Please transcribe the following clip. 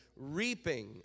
reaping